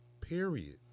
period